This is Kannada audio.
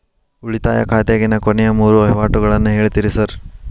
ಉಳಿತಾಯ ಖಾತ್ಯಾಗಿನ ಕೊನೆಯ ಮೂರು ವಹಿವಾಟುಗಳನ್ನ ಹೇಳ್ತೇರ ಸಾರ್?